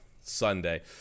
Sunday